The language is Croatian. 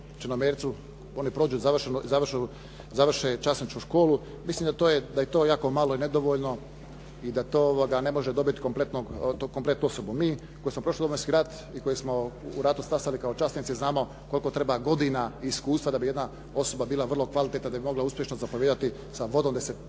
Črnomercu. Oni prođu, završe časničku školu. Mislim da je to jako malo i nedovoljno i da to ne može dobiti kompletnu osobu. Mi koji smo prošli Domovinski rat i koji smo u ratu stasali kao časnici znamo koliko treba godina i iskustva da bi jedna osoba bila vrlo kvalitetna, da bi mogla uspješno zapovijedati sa vodom,